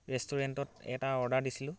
ৰেষ্টুৰেণ্টত এটা অৰ্ডাৰ দিছিলোঁ